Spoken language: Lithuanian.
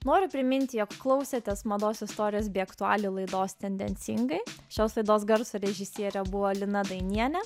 noriu priminti jog klausėtės mados istorijos bei aktualijų laidos tendencingai šios laidos garso režisierė buvo lina dainienė